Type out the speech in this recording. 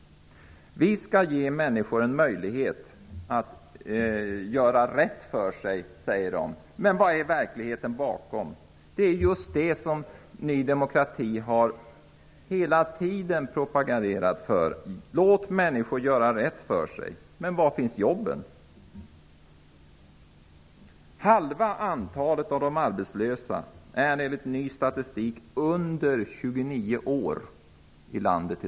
Vi skall ge människor en möjlighet att göra rätt för sig, säger de. Det är just det som Ny demokrati hela tiden har propagerat för: Låt människor göra rätt för sig! Men var finns jobben? Hälften av de arbetslösa i landet i dag är enligt ny statistik under 29 år.